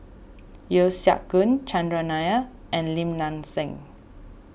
Yeo Siak Goon Chandran Nair and Lim Nang Seng